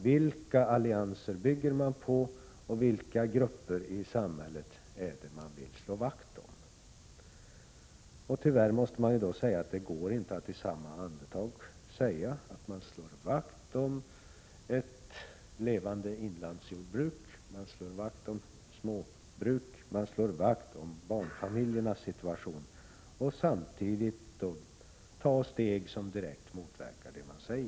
Vilka allianser bygger man på och vilka grupper i samhället är det man vill slå vakt om? Det går inte att i samma andetag säga att man slår vakt om ett levande inlandsjordbruk, att man slår vakt om småbruk, att man slår vakt om barnfamiljernas situation och ta steg som direkt motverkar det man säger.